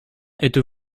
êtes